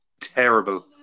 Terrible